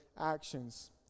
actions